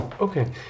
Okay